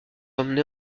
emmené